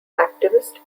activist